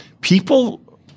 People